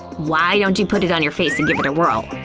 why don't you put it on your face and give it a whirl?